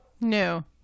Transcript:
no